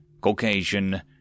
Caucasian